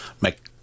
make